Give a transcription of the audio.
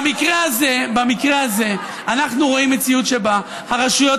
במקרה הזה אנחנו רואים מציאות שבה הרשויות